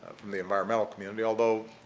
from the environmental community, although